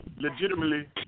legitimately